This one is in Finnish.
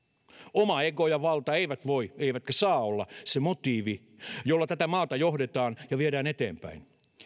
oma ego ja valta eivät voi eivätkä saa olla se motiivi jolla tätä maata johdetaan ja viedään eteenpäin